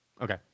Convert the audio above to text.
Okay